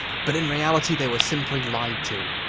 but in reality they were simply lied to.